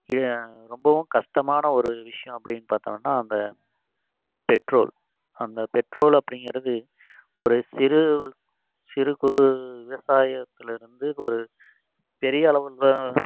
இழு ரொம்பவும் கஷ்டமான ஒரு விஷயோம் அப்டின்னு பார்த்தோன்னா அந்த பெட்ரோல் அந்த பெட்ரோல் அப்படிங்கிறது ஒரு சிறு சிறு குறு விவசாயத்துலிருந்து ஒரு பெரிய அளவில் தான்